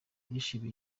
yashimiye